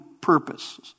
purpose